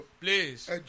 please